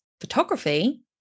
photography